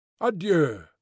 Adieu